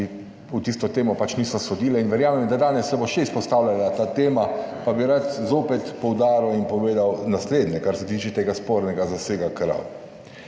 ki v tisto temo pač niso sodile in verjamem, da danes se bo še izpostavljala ta tema. Pa bi rad zopet poudaril in povedal naslednje, kar se tiče tega spornega zasega krav.